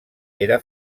era